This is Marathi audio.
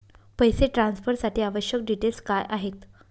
पैसे ट्रान्सफरसाठी आवश्यक डिटेल्स काय आहेत?